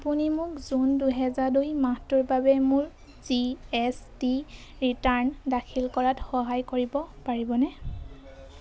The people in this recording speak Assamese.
আপুনি মোক জুন দুহেজাৰ দুই মাহটোৰ বাবে মোৰ জি এছ টি ৰিটাৰ্ণ দাখিল কৰাত সহায় কৰিব পাৰিবনে